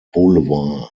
boulevard